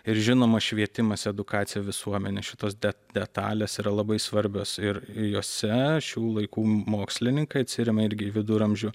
ir žinoma švietimas edukacija visuomenės šitos de detalės yra labai svarbios ir jose šių laikų mokslininkai atsiremia irgi į viduramžių